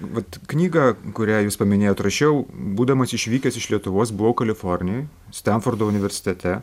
vat knygą kurią jūs paminėjot rašiau būdamas išvykęs iš lietuvos buvau kalifornijoj stenfordo universitete